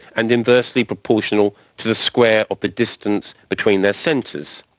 and inversely proportional to the square of the distance between their centres.